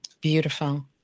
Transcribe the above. Beautiful